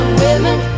women